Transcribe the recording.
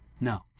No